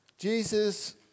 Jesus